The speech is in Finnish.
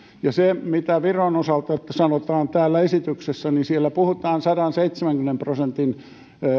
ja mitä viron osalta sanotaan täällä esityksessä niin siellä puhutaan sadanseitsemänkymmenen prosentin